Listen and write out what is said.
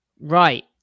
right